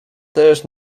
też